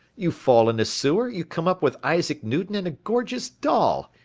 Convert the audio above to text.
you fall in a sewer, you come up with isaac newton and a gorgeous doll.